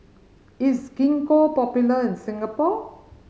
is Gingko popular in Singapore